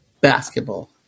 basketball